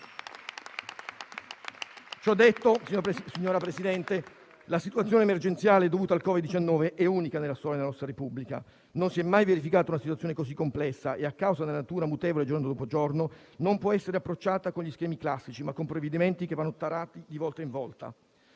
Ciò detto, signor Presidente, la situazione emergenziale dovuta al Covid-19 è unica della storia della nostra Repubblica; non si è mai verificata una situazione così complessa e, a causa della sua natura mutevole giorno dopo giorno, può essere approcciata non con gli schemi classici, ma con provvedimenti che vanno tarati di volta in volta.